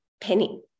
penny